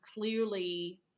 clearly